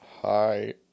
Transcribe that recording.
Hi